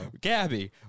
Gabby